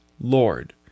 Lord